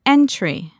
Entry